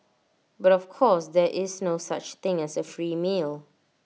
but of course there is no such thing as A free meal